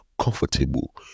comfortable